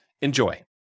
Enjoy